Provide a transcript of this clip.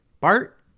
Bart